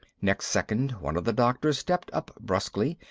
next second one of the doctors stepped up bruskly,